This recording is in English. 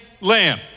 lamb